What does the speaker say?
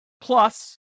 Plus